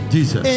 Jesus